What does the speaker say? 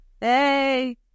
Hey